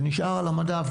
שנשאר על המדף,